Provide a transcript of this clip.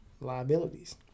liabilities